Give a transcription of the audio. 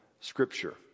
Scripture